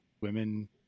women